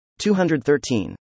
213